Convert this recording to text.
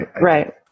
Right